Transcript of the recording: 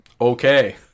Okay